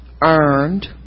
earned